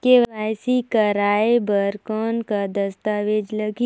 KYC कराय बर कौन का दस्तावेज लगही?